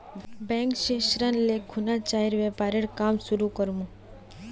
bank स ऋण ले खुना चाइर व्यापारेर काम शुरू कर मु